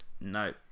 no